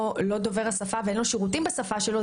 דובר את השפה ואין לו שירותים בשפה שלו,